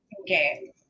okay